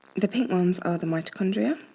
the pink ones are the mitochondria